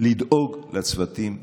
צריך לדאוג לצוותים הרפואיים.